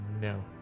No